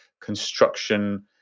construction